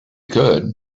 could